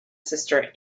sister